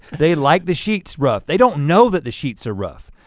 they like the sheets rough, they don't know that the sheets are rough.